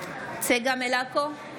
צגה מלקו,